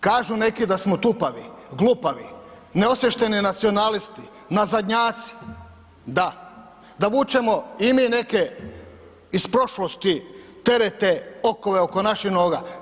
Kažu neki da smo tupavi, glupavi, neosviješteni nacionalisti, nazadnjaci, da, da vučemo i mi neke iz prošlosti terete, okove oko naših noga.